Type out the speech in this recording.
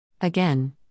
Again